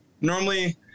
Normally